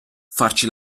farci